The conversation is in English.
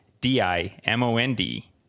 D-I-M-O-N-D